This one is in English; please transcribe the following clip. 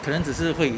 可能只是会